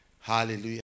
Hallelujah